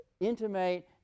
intimate